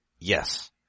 Yes